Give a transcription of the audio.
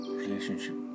relationship